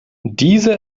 diese